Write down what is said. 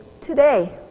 today